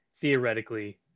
theoretically